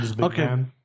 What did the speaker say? Okay